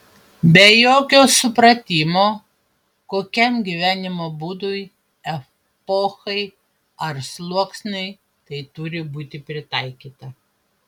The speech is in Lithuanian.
be jokio supratimo kokiam gyvenimo būdui epochai ar sluoksniui tai turi būti pritaikyta